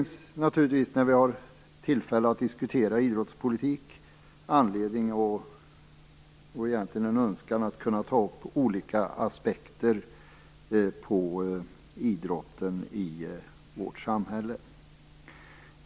När vi nu har tillfälle att diskutera idrottspolitik finns det anledning och egentligen en önskan om att ta upp olika aspekter på idrotten i vårt samhälle.